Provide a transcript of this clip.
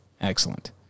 Excellent